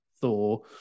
Thor